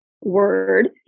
word